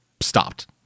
stopped